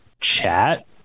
chat